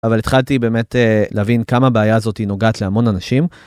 אבל התחלתי באמת להבין כמה הבעיה הזאת נוגעת להמון אנשים.